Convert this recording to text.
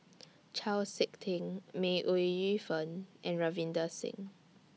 Chau Sik Ting May Ooi Yu Fen and Ravinder Singh